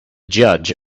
judge